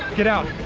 get out,